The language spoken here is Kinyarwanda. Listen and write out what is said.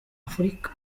afurika